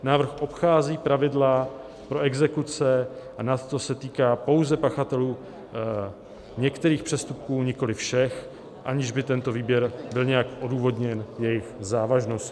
Návrh obchází pravidla pro exekuce a nadto se týká pouze pachatelů některých přestupků, nikoliv všech, aniž by tento výběr byl nějak odůvodněn jejich závažností.